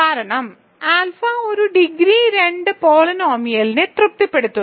കാരണം ആൽഫ ഒരു ഡിഗ്രി 2 പോളിനോമിയലിനെ തൃപ്തിപ്പെടുത്തുന്നു